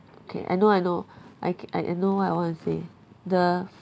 okay I know I know I ca~ I I know what I want to say the